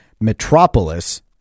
Metropolis